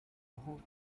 wochen